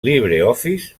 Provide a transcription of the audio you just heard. libreoffice